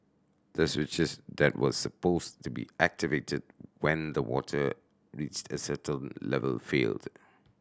the switches that were supposed to be activated when the water reached a certain level failed